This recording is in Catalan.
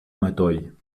matoll